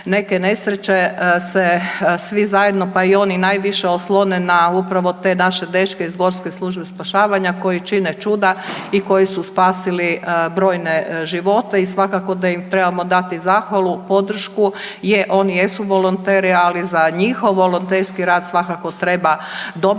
neke nesreće se svi zajedno pa i oni najviše oslone na upravo te naše dečke iz HGSS-a koji čine čuda i koji su spasili brojne živote. I svakako da im trebamo dati zahvalu, podršku, je oni jesu volonteri ali za njihov volonterski rad svakako treba dobra